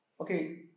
Okay